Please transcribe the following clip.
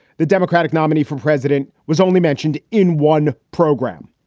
the democratic nominee for president was only mentioned in one program.